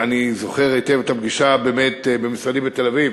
אני זוכר היטב את הפגישה במשרדי בתל-אביב